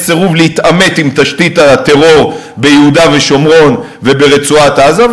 יש סירוב להתעמת עם תשתית הטרור ביהודה ושומרון וברצועת-עזה,